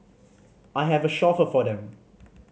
I have a chauffeur for them